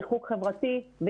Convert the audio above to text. ריחוק חברתי,